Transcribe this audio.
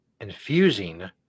infusing